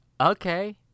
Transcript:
Okay